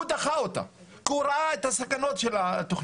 הוא דחה אותה, כי הוא ראה את הסכנות של התכנית.